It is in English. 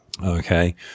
Okay